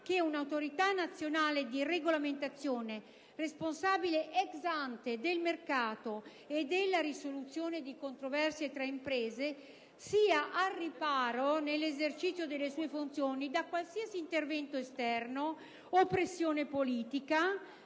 che un'autorità nazionale di regolamentazione, responsabile *ex ante* del mercato e della risoluzione di controversie tra imprese, sia al riparo nell'esercizio delle sue funzioni da qualsiasi intervento esterno o pressione politica